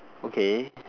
okay